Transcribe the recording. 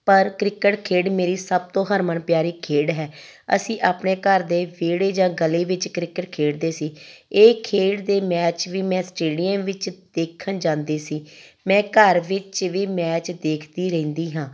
ਪਰ ਕ੍ਰਿਕਟ ਖੇਡ ਮੇਰੀ ਸਭ ਤੋਂ ਹਰਮਨ ਪਿਆਰੀ ਖੇਡ ਹੈ ਅਸੀਂ ਆਪਣੇ ਘਰ ਦੇ ਵਿਹੜੇ ਜਾਂ ਗਲੀ ਵਿੱਚ ਕ੍ਰਿਕਟ ਖੇਡਦੇ ਸੀ ਇਹ ਖੇਡ ਦੇ ਮੈਚ ਵੀ ਮੈਂ ਸਟੇਡੀਅਮ ਵਿੱਚ ਦੇਖਣ ਜਾਂਦੀ ਸੀ ਮੈਂ ਘਰ ਵਿੱਚ ਵੀ ਮੈਚ ਦੇਖਦੀ ਰਹਿੰਦੀ ਹਾਂ